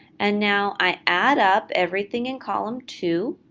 and now i add up everything in column two,